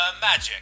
magic